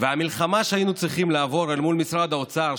המלחמה שהיינו צריכים לעבור אל מול משרד האוצר,